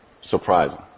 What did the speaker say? surprising